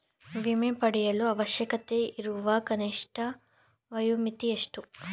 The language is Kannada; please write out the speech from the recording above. ವಿಮೆ ಪಡೆಯಲು ಅವಶ್ಯಕತೆಯಿರುವ ಕನಿಷ್ಠ ವಯೋಮಿತಿ ಎಷ್ಟು?